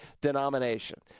denomination